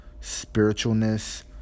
spiritualness